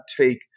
take